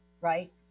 right